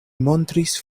montris